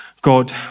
God